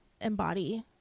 embody